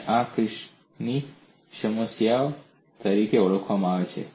અને આ કિર્શ્ચ ની સમસ્યા તરીકે ઓળખાય છે